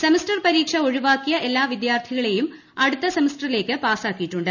semester പരീക്ഷ ഒഴിവാക്കിയ എല്ലാ വിദ്യാർത്ഥികളേയും അടുത്ത സെമസ്റ്റിലേക്ക് പാസാക്കിയിട്ടുണ്ട്